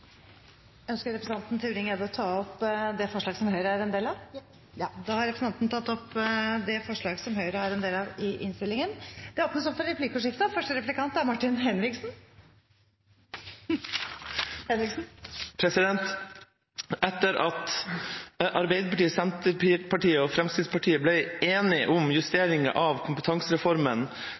opp det forslaget som Høyre er en del av. Representanten Mathilde Tybring-Gjedde har tatt opp det forslaget hun refererte til. Det blir replikkordskifte. Etter at Arbeiderpartiet, Senterpartiet og Fremskrittspartiet ble enige om justeringer av kompetansereformen, var det